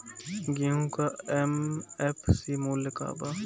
गेहू का एम.एफ.सी मूल्य का बा?